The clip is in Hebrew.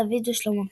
דוד ושלמה.